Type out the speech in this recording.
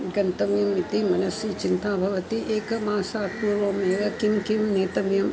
गन्तव्यम् इति मनसि चिन्ता भवति एक मासात् पूर्वंमेव किं किं नेतव्यम्